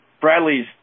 Bradley's